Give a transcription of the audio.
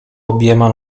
obiema